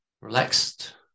relaxed